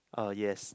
uh yes